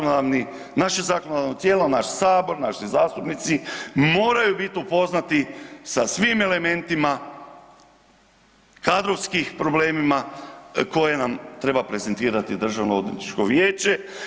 Naš zakonodavni, naše zakonodavno tijelo, naš Sabor, naši zastupnici moraju biti upoznati sa svim elementima kadrovskim problemima koje nam treba prezentirati Državno odvjetničko vijeće.